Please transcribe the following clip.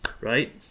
right